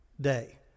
day